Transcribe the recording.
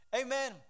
amen